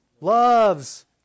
loves